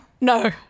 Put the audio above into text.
No